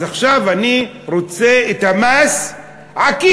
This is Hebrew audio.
אז עכשיו אני רוצה את המס העקיף,